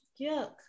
yuck